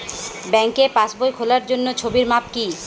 ব্যাঙ্কে পাসবই খোলার জন্য ছবির মাপ কী?